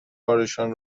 کارشان